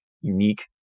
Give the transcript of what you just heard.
unique